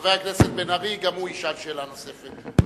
חבר הכנסת בן-ארי ישאל גם הוא שאלה נוספת.